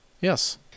Yes